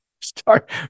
start